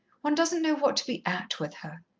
one doesn't know what to be at with her.